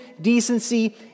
decency